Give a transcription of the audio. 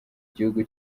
gihugu